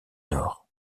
nord